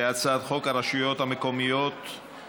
להצעת חוק הרשויות המקומיות (בחירות)